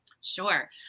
Sure